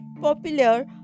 popular